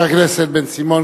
חבר הכנסת בן-סימון,